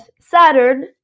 Saturn